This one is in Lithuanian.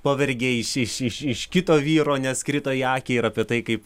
pavergė iš iš iš kito vyro nes krito į akį ir apie tai kaip